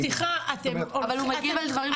סליחה -- אבל הוא מגיב על דברים שהם ---.